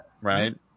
right